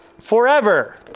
forever